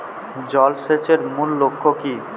জল সেচের মূল লক্ষ্য কী?